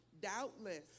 Doubtless